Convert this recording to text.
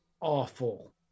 awful